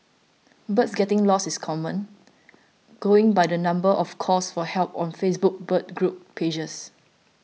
birds getting lost is common going by the number of calls for help on Facebook bird group pages